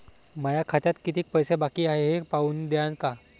माया खात्यात कितीक पैसे बाकी हाय हे पाहून द्यान का?